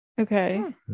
Okay